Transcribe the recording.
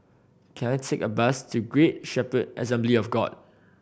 can I take a bus to Great Shepherd Assembly of God